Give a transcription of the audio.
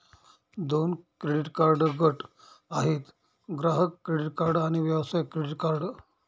दोन credit card गट आहेत, ग्राहक क्रेडिट कार्ड आणि व्यवसाय क्रेडिट कार्ड